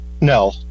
no